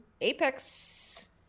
Apex